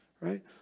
right